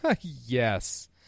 Yes